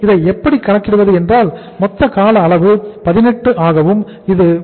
இதை எப்படி கணக்கிடுவது என்றால் மொத்த கால அளவு 18 ஆகவும் அது 33